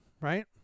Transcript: right